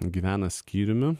gyvena skyriumi